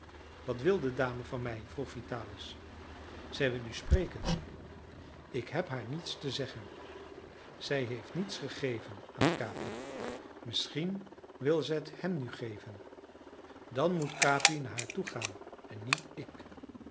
wat wil de dame van mij vroeg vitalis zij wil u spreken ik heb haar niets te zeggen zij heeft niets gegeven aan capi misschien wil ze het hem nu geven dan moet capi naar haar toe gaan en niet ik